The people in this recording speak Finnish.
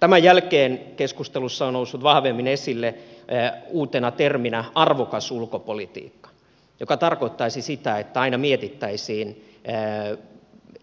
tämän jälkeen keskustelussa on noussut vahvemmin esille uutena terminä arvokas ulkopolitiikka joka tarkoittaisi sitä että aina mietittäisiin